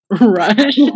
Rush